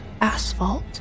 asphalt